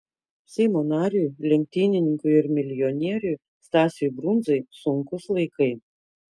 seimo nariui lenktynininkui ir milijonieriui stasiui brundzai sunkūs laikai